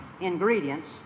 ingredients